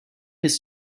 his